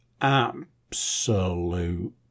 absolute